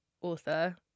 Author